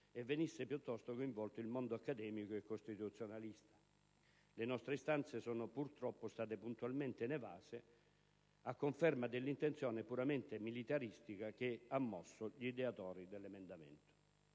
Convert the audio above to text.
e venisse, piuttosto, coinvolto il mondo accademico e costituzionalista. Ma le nostre istanze sono, purtroppo, rimaste puntualmente inevase, a conferma dell'intenzione puramente militaristica che ha mosso gli ideatori dell'emendamento.